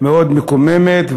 מאוד מקוממת,